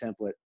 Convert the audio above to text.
template